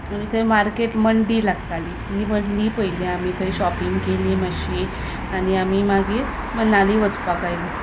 आनी थंय मार्केट मंडी लागताली ती मंडीय पयली आमी थंय शॉपिंग केली मात्शी आनी आमी मागीर मनाली वचपाक आयली